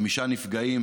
חמישה נפגעים.